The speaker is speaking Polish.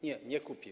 Nie, nie kupi.